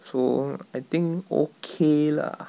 so I think okay lah